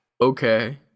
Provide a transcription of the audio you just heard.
Okay